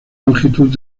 longitud